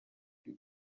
kuri